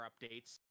updates